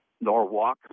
Norwalk